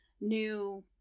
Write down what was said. new